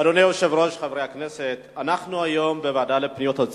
אדוני היושב-ראש, חברי הכנסת, אנחנו דנו